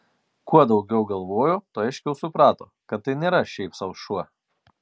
kuo daugiau galvojo tuo aiškiau suprato kad tai nėra šiaip sau šuo